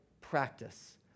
practice